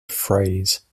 phrase